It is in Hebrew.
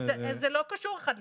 זה לא קשור אחד לשני.